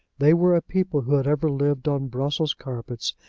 they were a people who had ever lived on brussels carpets,